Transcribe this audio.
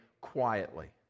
quietly